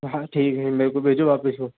हाँ ठीक है मेरे को भेजो वापस वो